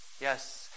Yes